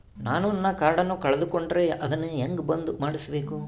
ನಾನು ನನ್ನ ಕಾರ್ಡನ್ನ ಕಳೆದುಕೊಂಡರೆ ಅದನ್ನ ಹೆಂಗ ಬಂದ್ ಮಾಡಿಸಬೇಕು?